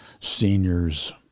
seniors